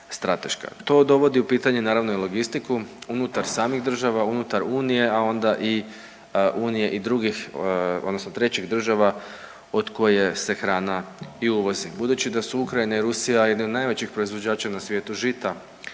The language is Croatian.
To dovodi u pitanje naravno i logistiku unutar samih država, unutar unije, a onda i unije i drugih odnosno trećih država od koje se hrana i uvozi. Budući da su Ukrajina i Rusija jedni od najvećih proizvođača na svijetu žita